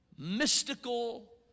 mystical